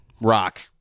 Rock